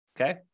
okay